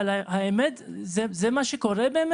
אבל זה מה שבאמת קורה?